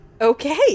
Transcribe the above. Okay